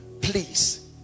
Please